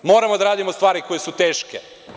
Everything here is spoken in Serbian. Moramo da radimo stvari koje su teške.